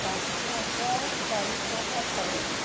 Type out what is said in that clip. ପାଞ୍ଚ ହଜାର ଚାରିଶହ ଛବିଶ